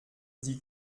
sie